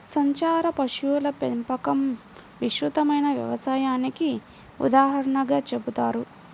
సంచార పశువుల పెంపకం విస్తృతమైన వ్యవసాయానికి ఉదాహరణగా చెబుతారు